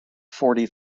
forty